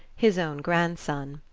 his own grandson.